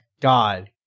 God